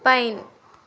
pine